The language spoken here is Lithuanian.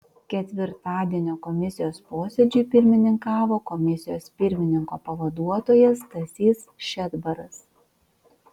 ketvirtadienio komisijos posėdžiui pirmininkavo komisijos pirmininko pavaduotojas stasys šedbaras